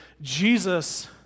Jesus